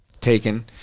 taken